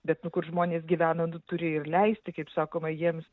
bet nu kur žmonės gyveno nu turi ir leisti kaip sakoma jiems